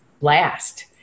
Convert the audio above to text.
last